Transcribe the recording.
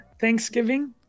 Thanksgiving